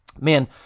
man